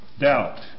Doubt